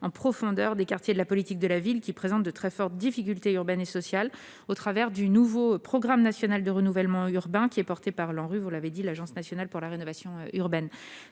en profondeur des quartiers de la politique de la ville présentant de très grandes difficultés urbaines et sociales, au travers du nouveau programme national de renouvellement urbain (NPNRU) porté par l'Agence nationale pour la rénovation urbaine